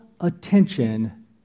attention